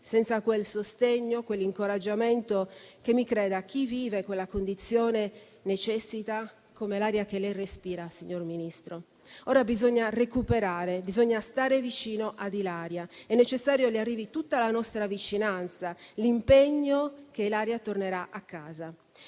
senza quel sostegno e quell'incoraggiamento che - mi creda - chi vive quella condizione necessita come l'aria che lei respira, signor Ministro. Ora bisogna recuperare, bisogna stare vicino ad Ilaria, è necessario che le arrivino tutta la nostra vicinanza e l'impegno che tornerà a casa.